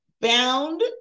bound